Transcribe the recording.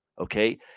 Okay